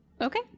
Okay